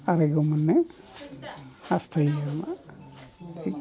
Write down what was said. आरायग' मोननो हासथायो आरमा